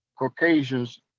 Caucasians